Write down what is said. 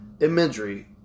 imagery